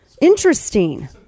Interesting